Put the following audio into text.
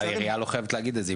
אבל העירייה לא חייבת להגיד את זה.